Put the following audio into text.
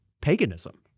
paganism